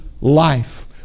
life